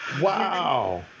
wow